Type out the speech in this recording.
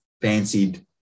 fancied